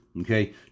okay